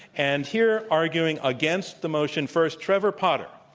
and here arguing against the motion first, trevor potter.